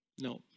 No